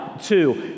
two